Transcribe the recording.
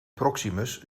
proximus